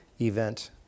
event